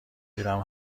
دیدم